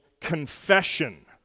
confession